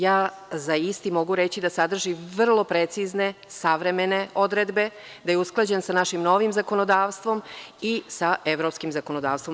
Ja za isti mogu reći da sadrži vrlo precizne, savremene odredbe, da je usklađen sa našim novim zakonodavstvom i sa evropskim zakonodavstvom.